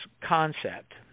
concept